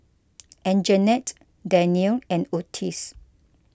Anjanette Dannielle and Otis